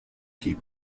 keep